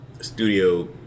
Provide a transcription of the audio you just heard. studio